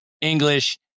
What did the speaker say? English